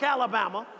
Alabama